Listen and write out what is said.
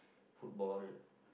football